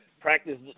Practice